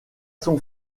son